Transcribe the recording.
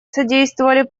содействовали